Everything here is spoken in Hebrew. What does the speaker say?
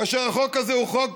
כאשר החוק הזה הוא חוק